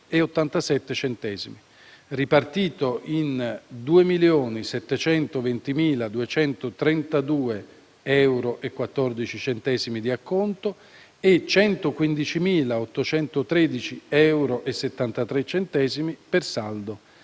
euro, ripartito in 2.720.232,14 euro di acconto e 115.813,73 euro per saldo,